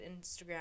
Instagram